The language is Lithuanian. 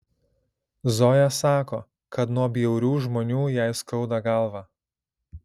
zoja sako kad nuo bjaurių žmonių jai skauda galvą